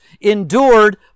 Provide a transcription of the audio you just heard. endured